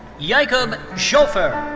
jakob schoeffer.